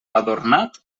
adornat